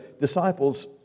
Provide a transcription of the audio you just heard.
disciples